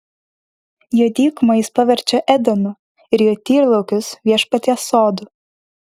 jo dykumą jis paverčia edenu ir jo tyrlaukius viešpaties sodu